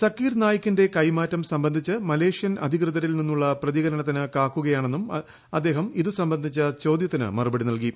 സക്കീർ നായ്കിന്റെ കൈമാറ്റം സംബന്ധിച്ച് മലേഷ്യൻ അധികൃതരിൽ നിന്നുള്ള പ്രതികരണത്തിന് കാക്കുകയാണെന്നും അദ്ദേഹം ഇതു സംബന്ധിച്ച ചോദൃത്തിന് മറുപടി നല്കി